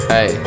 Hey